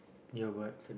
ya but